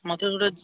ମୋତେ ଗୋଟେ